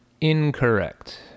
incorrect